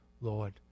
Lord